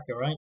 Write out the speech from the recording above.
right